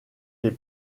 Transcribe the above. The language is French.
les